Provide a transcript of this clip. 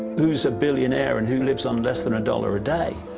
who's a billionaire and who lives on less than a dollar a day.